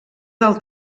del